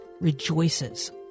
rejoices